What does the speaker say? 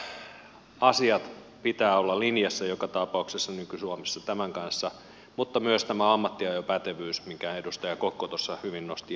näiden eu asioiden pitää olla linjassa joka tapauksessa nyky suomessa tämän kanssa mutta on myös tämä ammattiajopätevyys minkä edustaja kokko hyvin nosti esille